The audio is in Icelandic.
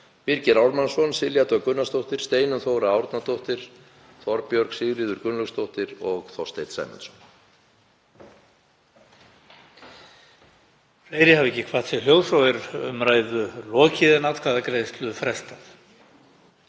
Birgir Ármannsson, Silja Dögg Gunnarsdóttir, Steinunn Þóra Árnadóttir, Þorbjörg Sigríður Gunnlaugsdóttir og Þorsteinn Sæmundsson.